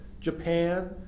Japan